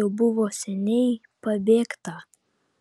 jau buvo seniai pabėgta